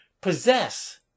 possess